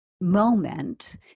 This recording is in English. moment